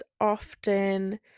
often